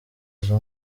izo